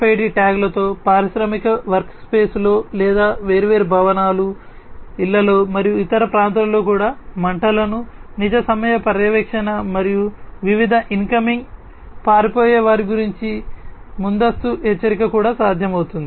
RFID ట్యాగ్లతో పారిశ్రామిక వర్క్స్పేస్లో లేదా వేర్వేరు భవనాలు ఇళ్లలో మరియు ఇతర ప్రాంతాలలో కూడా మంటలను నిజ సమయ పర్యవేక్షణ మరియు వివిధ ఇన్కమింగ్ పారిపోయేవారి గురించి ముందస్తు హెచ్చరిక కూడా సాధ్యమవుతుంది